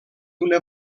una